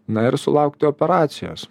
na ir sulaukti operacijos